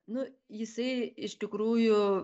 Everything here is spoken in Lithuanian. nu jisai iš tikrųjų